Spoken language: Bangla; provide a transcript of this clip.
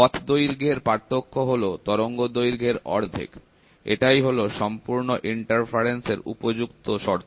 পথ দৈর্ঘ্যের পার্থক্য হল তরঙ্গ দৈর্ঘ্যের অর্ধেক এটাই হলো সম্পূর্ণ প্রতিবন্ধক এর উপযুক্ত শর্ত